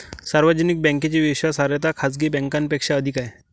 सार्वजनिक बँकेची विश्वासार्हता खाजगी बँकांपेक्षा अधिक आहे